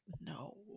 no